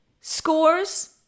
scores